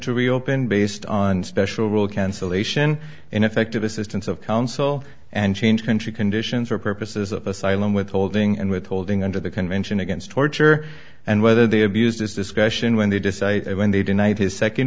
to reopen based on special rule cancellation ineffective assistance of counsel and change country conditions for purposes of asylum withholding and withholding under the convention against torture and whether they abused its discretion when they decided when they denied his second